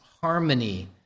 harmony